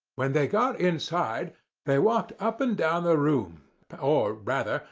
when they got inside they walked up and down the room or rather,